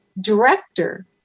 director